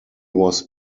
was